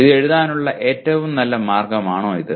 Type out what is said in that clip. ഇത് എഴുതാനുള്ള ഏറ്റവും നല്ല മാർഗ്ഗമാണോ ഇത്